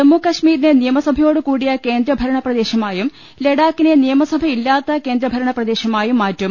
ജമ്മുകശ്മീരിനെ നിയമസഭയോടുകൂടിയ കേന്ദ്രഭരണപ്രദേശമായും ലഡാ ക്കിനെ നിയമസഭയില്ലാത്ത കേന്ദ്രഭരണപ്രദേശമായും മാറ്റും